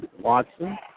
Watson